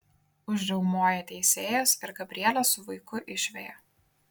užriaumoja teisėjas ir gabrielę su vaiku išveja